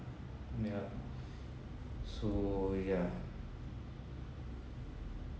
ya so ya